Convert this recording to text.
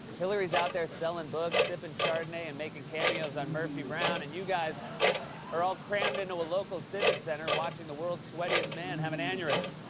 hillary's out there selling books, sipping chardonnay, and making cameos on murphy brown, and you guys are all crammed into a local civic center, watching the world's sweatiest man have an aneurysm.